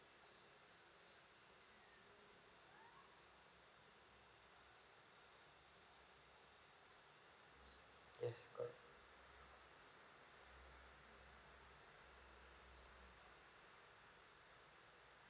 yes correct